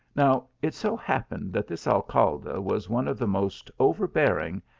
now it so happened that this alcalde was one of the most overbearing,